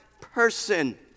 person